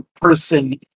person